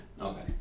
okay